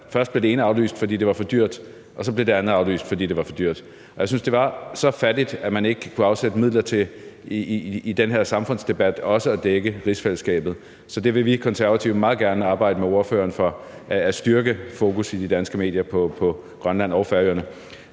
Først blev det ene aflyst, fordi det var for dyrt. Og så blev det andet aflyst, fordi det var for dyrt. Jeg synes, at det var så fattigt, at man ikke kunne afsætte midler til i den her samfundsdebat også at dække rigsfællesskabet. Så vi Konservative vil meget gerne arbejde sammen med ordføreren om at styrke fokus i de danske medier på Grønland og Færøerne.